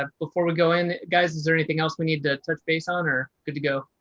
ah before we go in, guys, is there anything else we need to touch base on are good to go?